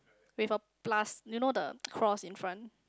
with a plus you know the cross in front